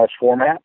format